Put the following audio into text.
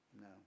No